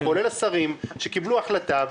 כולל השרים שקיבלו החלטה,